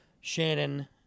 Shannon